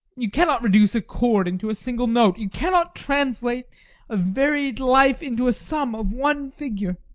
you cannot reduce a chord into single note. you cannot translate a varied life into a sum of one figure.